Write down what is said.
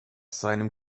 seinem